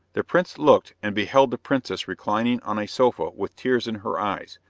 the prince looked, and beheld the princess reclining on a sofa with tears in her eyes,